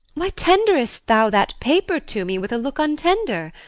why tender'st thou that paper to me with a look untender!